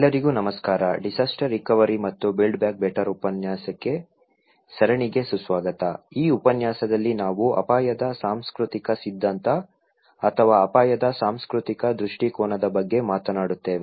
ಎಲ್ಲರಿಗೂ ನಮಸ್ಕಾರ disaster recovery ಮತ್ತು ಬಿಲ್ಡ್ ಬ್ಯಾಕ್ ಬೆಟರ್ ಉಪನ್ಯಾಸ ಸರಣಿಗೆ ಸುಸ್ವಾಗತ ಈ ಉಪನ್ಯಾಸದಲ್ಲಿ ನಾವು ಅಪಾಯದ ಸಾಂಸ್ಕೃತಿಕ ಸಿದ್ಧಾಂತ ಅಥವಾ ಅಪಾಯದ ಸಾಂಸ್ಕೃತಿಕ ದೃಷ್ಟಿಕೋನದ ಬಗ್ಗೆ ಮಾತನಾಡುತ್ತೇವೆ